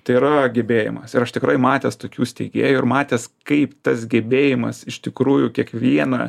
tai yra gebėjimas ir aš tikrai matęs tokių steigėjų ir matęs kaip tas gebėjimas iš tikrųjų kiekvieną